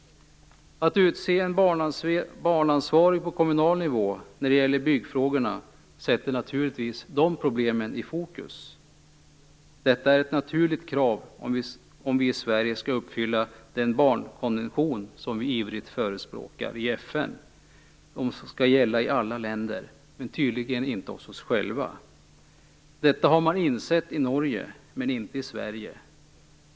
Att utse en barnansvarig på kommunal nivå när det gäller byggfrågorna sätter naturligtvis de problemen i fokus. Detta är ett naturligt krav om vi i Sverige skall uppfylla den barnkonvention som vi ivrigt förespråkar i FN skall gälla i alla länder. Tydligen är det inte så viktigt hos oss själva. Detta har man insett i Norge, men inte i Sverige.